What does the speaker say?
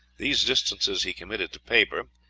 these distances he committed to paper,